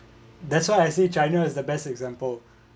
that's why I say china is the best example